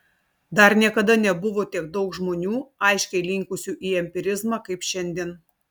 dar niekada nebuvo tiek daug žmonių aiškiai linkusių į empirizmą kaip šiandien